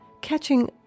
catching